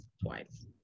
twice